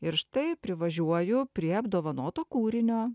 ir štai privažiuoju prie apdovanoto kūrinio